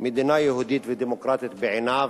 מדינה יהודית ודמוקרטית בעיניו,